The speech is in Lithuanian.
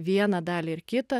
vieną dalį ir kitą